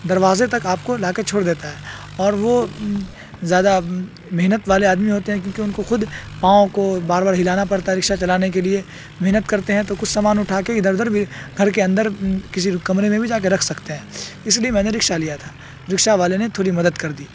دراوزے تک آپ کو لا کے چھوڑ دیتا ہے اور وہ زیادہ محنت والے آدمی ہوتے ہیں کیونکہ ان کو خود پاؤں کو بار بار ہلانا پڑتا ہے رکشہ چلانے کے لیے محنت کرتے ہیں تو کچھ سامان اٹھا کے ادھر ادھر بھی گھر کے اندر کسی کمرے میں بھی جا کے رکھ سکتے ہیں اس لیے میں نے رکشہ لیا تھا رکشہ والے نے تھوڑی مدد کر دی